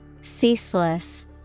Ceaseless